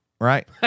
right